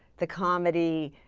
the comedy,